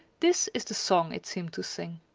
this is the song it seemed to sing